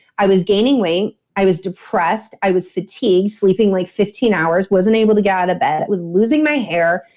i was gaining weight, i was depressed, i was fatigued, sleeping like fifteen hours, wasn't able to get out of bed was losing my hair,